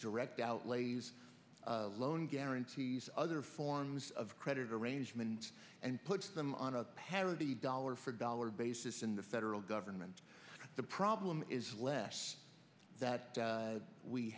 direct outlays loan guarantees other forms of credit arrangement and puts them on a parody dollar for dollar basis in the federal government the problem is